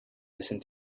listen